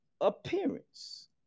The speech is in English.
appearance